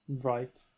right